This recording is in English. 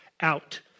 out